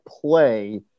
play